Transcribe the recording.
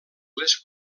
les